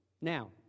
Now